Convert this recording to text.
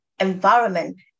environment